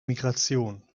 migration